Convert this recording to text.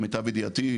למיטב ידיעתי,